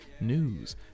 news